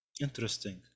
Interesting